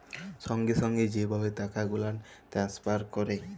সঙ্গে সঙ্গে যে ভাবে টাকা গুলাল টেলেসফার ক্যরে